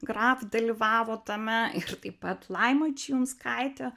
graf dalyvavo tame ir taip pat laima čijunskaitė